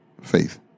faith